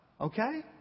Okay